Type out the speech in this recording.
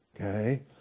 Okay